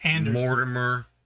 Mortimer